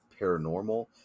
Paranormal